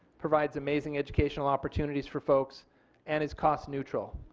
provides amazing educational opportunities for folks and is cost neutral.